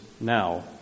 now